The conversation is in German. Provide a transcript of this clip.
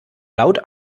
laut